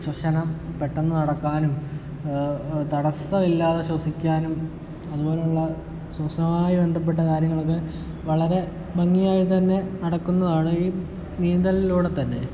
ശ്വസനം പെട്ടെന്ന് നടക്കാനും തടസ്സം ഇല്ലാതെ ശ്വസിക്കാനും അതുപോലുള്ള ശ്വസനമായി ബന്ധപ്പെട്ട കാര്യങ്ങളൊക്കെ വളരെ ഭംഗിയായി തന്നെ നടക്കുന്നതാണ് ഈ നീന്തലിലൂടെ തന്നെ